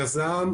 יזם,